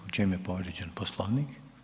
U čemu je povrijeđen poslovnik?